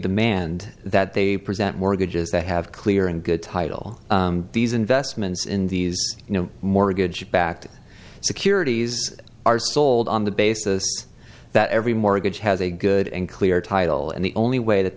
demand that they present mortgages that have clear and good title these investments in these you know mortgage backed securities are sold on the basis that every mortgage has a good and clear title and the only way that